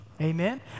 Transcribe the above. Amen